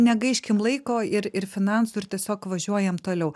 negaiškim laiko ir ir finansų ir tiesiog važiuojam toliau